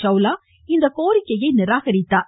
சவுலா இந்த கோரிக்கையை நிராகரித்தார்